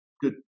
good